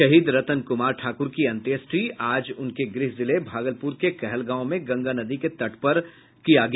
शहीद रतन कुमार ठाकुर की अंत्येष्टि आज उनके गृह जिले भागलपुर के कहलगांव में गंगा नदी के तट पर किया गया